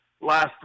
last